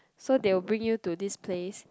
so they will bring you to this place